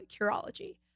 Curology